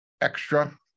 extra